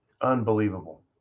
Unbelievable